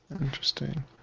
Interesting